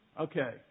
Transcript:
Okay